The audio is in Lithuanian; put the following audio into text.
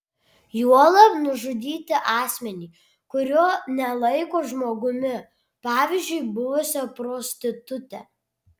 juolab nužudyti asmenį kurio nelaiko žmogumi pavyzdžiui buvusią prostitutę